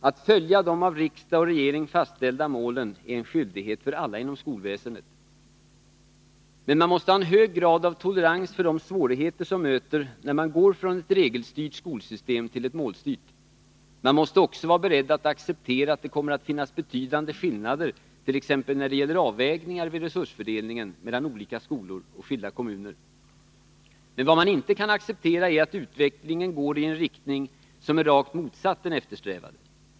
Att följa de av riksdag och regering fastställda målen är en skyldighet för alla inom skolväsendet. Men man måste ha en hög grad av tolerans för de svårigheter som möter när man går från ett regelstyrt skolsystem till ett målstyrt. Man måste också vara beredd att acceptera att det kommer att finnas betydande skillnader, t.ex. när det gäller avvägningar vid resursfördelningen mellan olika skolor och skilda kommuner. Men vad man inte kan acceptera är att utvecklingen går i en riktning som är rakt motsatt den eftersträvade.